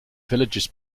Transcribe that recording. villages